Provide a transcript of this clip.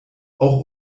auch